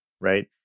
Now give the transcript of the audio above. Right